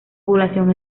población